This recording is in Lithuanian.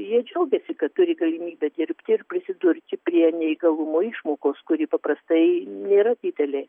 jie džiaugiasi kad turi galimybę dirbti ir prisidurti prie neįgalumo išmokos kuri paprastai nėra didelė